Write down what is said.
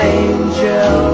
angel